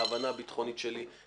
ההבנה הביטחונית שלי.